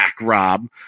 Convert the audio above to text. Rob